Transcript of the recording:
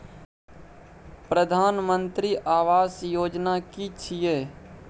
प्रधानमंत्री आवास योजना कि छिए?